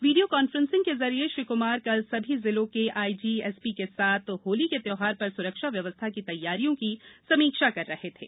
video conferencing के जरिए श्री कुमार कल सभी जिलों के आईजी एसपी के साथ होली के त्यौहार पर सुरक्षा व्यवस्था की तैयारियों की समीक्षा कर रहे थे